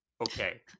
okay